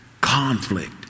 conflict